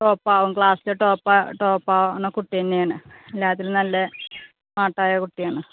top ആവും ക്ലാസിലെ top top ആവുന്ന കുട്ടി തന്നെ ആണ് എല്ലാത്തിലും നല്ല സ്മാർട്ട് ആയ കുട്ടിയാണ്